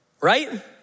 Right